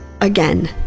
again